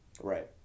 Right